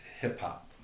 hip-hop